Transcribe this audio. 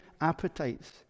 appetites